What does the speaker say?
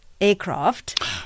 aircraft